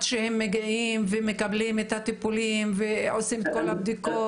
שהם מגיעים ומקבלים את הטיפולים ועושים את כל הבדיקות?